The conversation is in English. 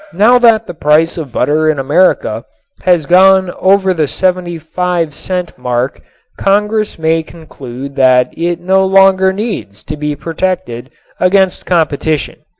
now that the price of butter in america has gone over the seventy-five cent mark congress may conclude that it no longer needs to be protected against competition.